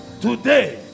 today